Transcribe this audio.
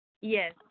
Yes